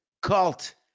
cult